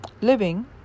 living